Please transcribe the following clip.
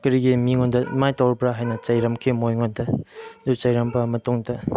ꯀꯔꯤꯒꯤ ꯃꯤꯉꯣꯟꯗ ꯑꯗꯨꯃꯥꯏ ꯇꯧꯕ꯭ꯔꯥ ꯍꯥꯏꯅ ꯆꯩꯔꯝꯈꯤ ꯃꯣꯏꯉꯣꯟꯗ ꯑꯗꯨ ꯆꯩꯔꯝꯕ ꯃꯇꯨꯡꯗ